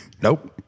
Nope